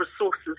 resources